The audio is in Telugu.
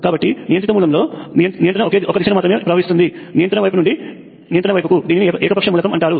కాబట్టి నియంత్రిత మూలంలో నియంత్రణ ఒక దిశ మాత్రమే ప్రవహిస్తుంది నియంత్రణ వైపు నుండి నియంత్రణ వైపుకు దీనిని ఏకపక్ష మూలకం అంటారు